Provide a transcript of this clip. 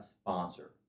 sponsor